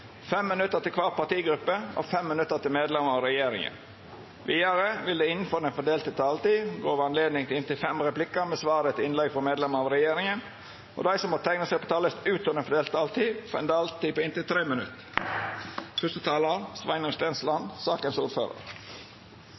til kvar partigruppe og 5 minutt til medlemer av regjeringa. Vidare vil det – innanfor den fordelte taletida – verta anledning til inntil fem replikkar med svar etter innlegg frå medlemer av regjeringa, og dei som måtte teikna seg på talarlista utover den fordelte taletida, får ei taletid på inntil 3 minutt.